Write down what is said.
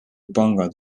pangad